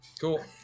Cool